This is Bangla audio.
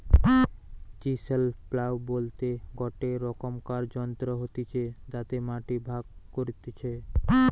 চিসেল প্লাও বলতে গটে রকমকার যন্ত্র হতিছে যাতে মাটি ভাগ করতিছে